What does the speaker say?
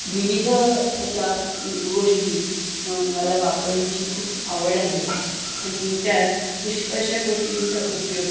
विविध अशा गोष्टी मला वापरण्याची खूप आवड आहे आणि त्या पुष्कळशा गोष्टींचा उपयोग